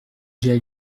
j’ai